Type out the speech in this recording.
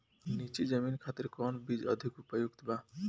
नीची जमीन खातिर कौन बीज अधिक उपयुक्त बा?